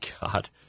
God